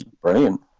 Brilliant